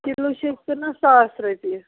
kilo چھِ أسۍ کٕنان ساس رۄپیہِ